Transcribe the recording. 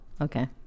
Okay